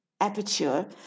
aperture